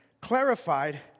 clarified